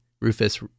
Rufus